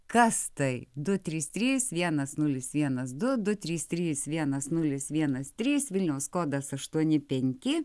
kas tai du trys trys vienas nulis vienas du du trys trys vienas nulis vienas trys vilniaus kodas aštuoni penki